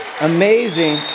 amazing